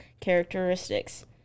characteristics